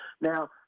Now